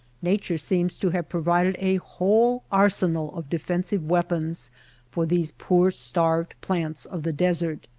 nature seems to have provided a whole arsenal of defensive weapons for these poor starved plants of the desert.